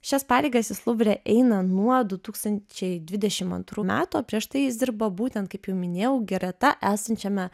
šias pareigas jis luvre eina nuo du tūkstančiai dvidešimt antrų metų o prieš tai jis dirbo būtent kaip jau minėjau greta esančiame